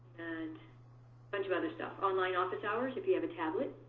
and a bunch of other stuff. online office hours if you have a tablet,